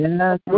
Yes